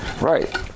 Right